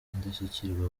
indashyikirwa